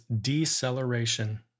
deceleration